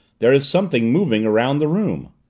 there is something moving around the room.